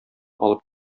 алып